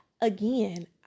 again